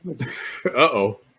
uh-oh